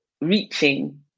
reaching